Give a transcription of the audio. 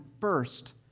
first